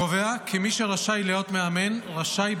קובע כי מי שרשאי להיות מאמן רשאי,